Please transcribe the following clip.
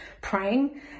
praying